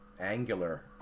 angular